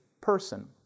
person